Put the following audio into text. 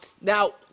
Now